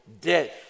death